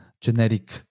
genetic